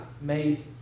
made